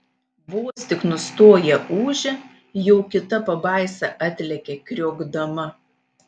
vos tik nustoja ūžę jau kita pabaisa atlekia kriokdama